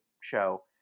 show